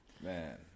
Man